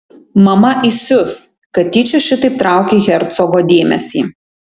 mama įsius kad tyčia šitaip traukei hercogo dėmesį